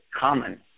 common